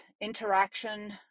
interaction